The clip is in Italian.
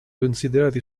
considerati